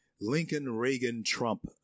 Lincoln-Reagan-Trump